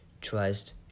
trust